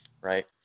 Right